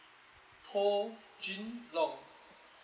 toh jun long